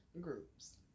groups